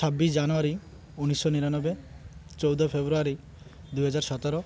ଛବିଶ ଜାନୁୟାରୀ ଉଣେଇଶ ଚଉରାନବେ ଚଉଦ ଫେବୃୟାରୀ ଦୁଇହଜାର ସତର